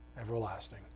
everlasting